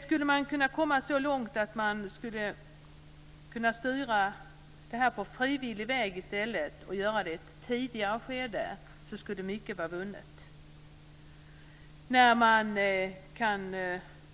Skulle man kunna komma därhän att man kunde styra detta på frivillig väg i stället och kunde ingripa i ett tidigare skede skulle mycket vara vunnet. När man kan